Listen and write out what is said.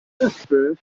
despair